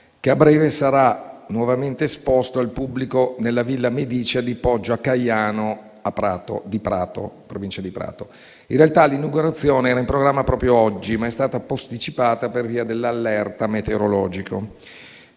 che a breve sarà nuovamente esposto al pubblico nella Villa medicea di Poggio a Caiano, in provincia di Prato. In realtà l'inaugurazione era in programma proprio oggi, ma è stata posticipata per via dell'allerta meteorologica